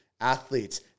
athletes